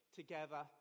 together